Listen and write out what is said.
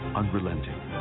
unrelenting